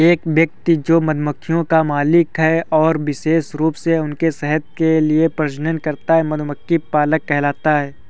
एक व्यक्ति जो मधुमक्खियों का मालिक है और विशेष रूप से उनके शहद के लिए प्रजनन करता है, मधुमक्खी पालक कहलाता है